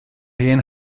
hen